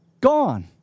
gone